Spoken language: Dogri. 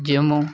जम्मू